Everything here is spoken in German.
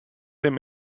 dem